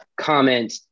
comment